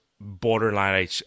borderline